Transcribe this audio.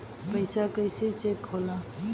पैसा कइसे चेक होला?